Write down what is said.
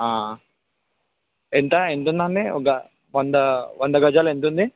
ఎంత ఎంత ఉందండి ఒక వంద వంద గజాలు ఎంత ఉంది